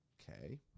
okay